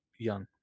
Young